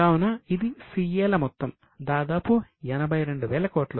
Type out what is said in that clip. కావున ఇది CAల మొత్తం దాదాపు 82000 కోట్లు